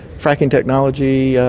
fracking technology,